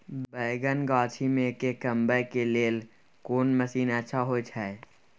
बैंगन गाछी में के कमबै के लेल कोन मसीन अच्छा होय छै?